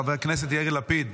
חבר הכנסת יאיר לפיד,